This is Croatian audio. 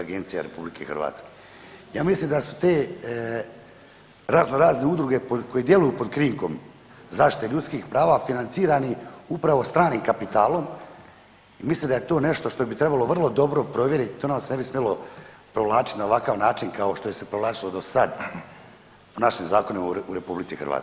Ja mislim da su te raznorazne udruge koje djeluju pod krinkom zaštite ljudskih prava financirani upravo stranim kapitalom i mislim da je to nešto što bi trebalo vrlo dobro provjerit, to nam se ne bi smjelo provlačiti na ovakav način kao što se je provlačilo do sad po našim zakonima u RH.